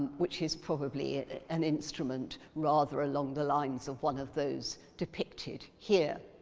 which is probably an instrument rather along the lines of one of those depicted here.